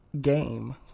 Game